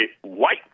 white